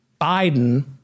Biden